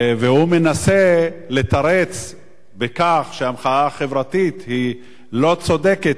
הוא מנסה לתרץ את זה בכך שהמחאה החברתית היא לא צודקת,